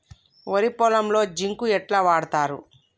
వరి పొలంలో జింక్ ఎట్లా వాడుతరు?